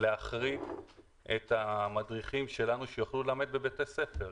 להחריג את המדריכים שלנו שיוכלו ללמד בבתי הספר.